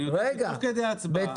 אני יודע שתוך כדי הצבעה,